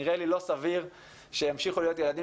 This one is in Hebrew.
נראה לי לא סביר שימשיכו להיות ילדים